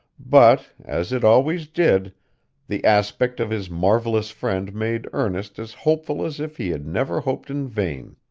but as it always did the aspect of his marvellous friend made ernest as hopeful as if he had never hoped in vain.